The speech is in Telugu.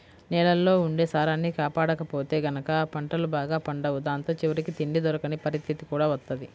నేలల్లో ఉండే సారాన్ని కాపాడకపోతే గనక పంటలు బాగా పండవు దాంతో చివరికి తిండి దొరకని పరిత్తితి కూడా వత్తది